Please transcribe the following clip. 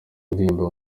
uririmba